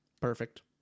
Perfect